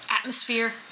atmosphere